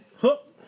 hook